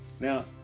Now